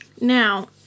Now